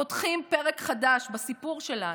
פותחים פרק חדש בסיפור שלנו,